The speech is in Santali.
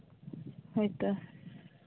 ᱦᱳᱭ ᱛᱚ